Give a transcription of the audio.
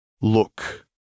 Look